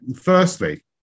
Firstly